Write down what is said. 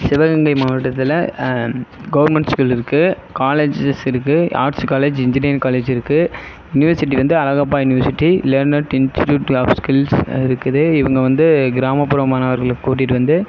சிவகங்கை மாவட்டத்தில் government school இருக்குது colleges இருக்குது ஆர்ட்ஸ் காலேஜ் இன்ஜினியரிங் காலேஜ் இருக்குது யுனிவர்சிட்டி வந்து அழகப்பா யுனிவர்சிட்டி லேனட் இன்ஸ்டிட்யூட் ஆஃப்ஸ் ஸ்கில்ஸ் இருக்குது இவங்க வந்து கிராமப்புற மாணவர்களை கூட்டிட்டு வந்து